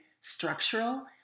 structural